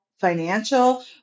financial